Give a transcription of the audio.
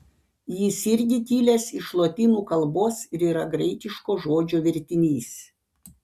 jis irgi kilęs iš lotynų kalbos ir yra graikiško žodžio vertinys